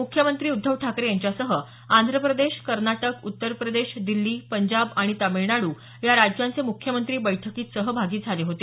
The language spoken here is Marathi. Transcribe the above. मुख्यमंत्री उद्धव ठाकरे यांच्यासह आंध्र प्रदेश कर्नाटक उत्तर प्रदेश दिल्ली पंजाब आणि तामिळनाडू या राज्यांचे म्ख्यमंत्री बैठकीत सहभागी झाले होते